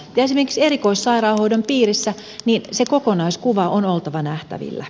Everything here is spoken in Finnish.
esimerkiksi erikoissairaanhoidon piirissä sen kokonaiskuvan on oltava nähtävillä